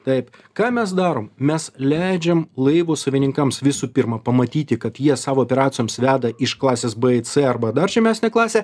taip ką mes darom mes leidžiam laivo savininkams visų pirma pamatyti kad jie savo operacijoms veda iš klasės b į c arba dar žemesnę klasę